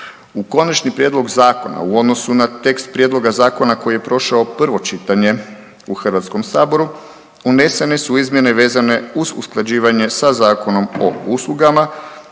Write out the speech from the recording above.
U Konačni prijedlog zakona u odnosu na tekst prijedloga zakona koji je prošao prvo čitanje u HS-u, unesene su izmjene vezane uz usklađivanje sa Zakonom o uslugama,